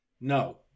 No